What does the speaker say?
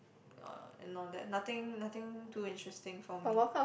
orh and all that nothing nothing too interesting for me